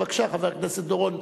בבקשה, חבר הכנסת דורון.